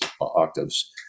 octaves